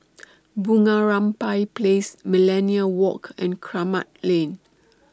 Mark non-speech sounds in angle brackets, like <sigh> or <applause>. <noise> Bunga Rampai Place Millenia Walk and Kramat Lane